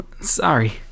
sorry